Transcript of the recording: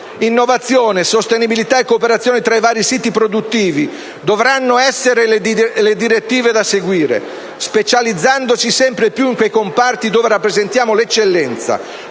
Innovazione, sostenibilità e cooperazione tra i vari siti produttivi dovranno essere le direttive da seguire, specializzandosi sempre più in quei comparti dove rappresentiamo l'eccellenza,